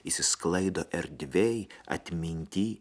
išsisklaido erdvėj atmintyj